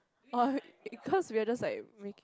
oh cause we are just like make